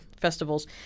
festivals